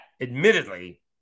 admittedly